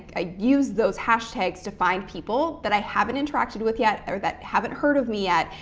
i use those hashtags to find people that i haven't interacted with yet or that haven't heard of me yet,